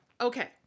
Okay